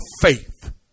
faith